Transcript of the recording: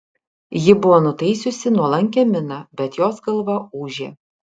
ji buvo nutaisiusi nuolankią miną bet jos galva ūžė